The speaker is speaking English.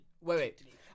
Wait